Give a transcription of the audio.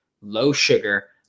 low-sugar